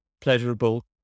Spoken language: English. pleasurable